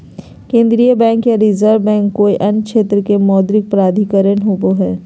केन्द्रीय बैंक या reserve bank कोय अन्य क्षेत्र के मौद्रिक प्राधिकरण होवो हइ